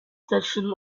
section